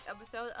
episode